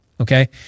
okay